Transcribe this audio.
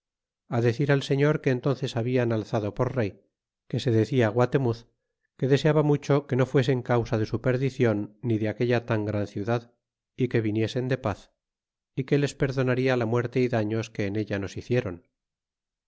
decir al señor que entónces habian alzado por rey que se decia guatemuz que deseaba mucho que no fuesen causa de su perdicion ni de aquella tan gran ciudad y que viniesen de paz y que les perdonarla la muerte y daños que en ella nos hicieron